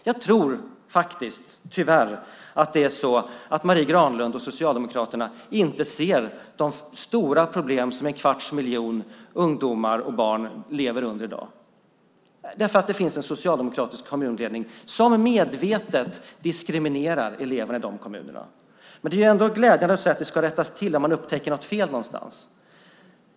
Jag tror tyvärr att det är så att Marie Granlund och Socialdemokraterna inte ser de stora problem som en kvarts miljon ungdomar och barn lever under i dag därför att det finns socialdemokratiska kommunledningar som medvetet diskriminerar eleverna i de kommunerna. Det är ändå glädjande att man säger att det ska rättas till när man upptäcker något fel någonstans.